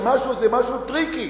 זה משהו טריקי.